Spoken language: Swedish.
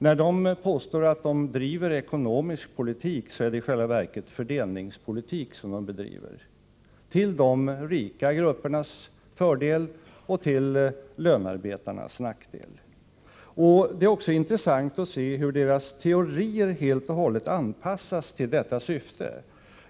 När de påstår att de driver ekonomisk politik är det i själva verket fördelningspolitik — till de rika gruppernas fördel och lönearbetarnas nackdel. Det är också intressant att se hur deras teorier helt och hållet anpassas till detta syfte.